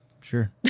Sure